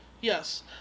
Yes